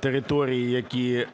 територій, які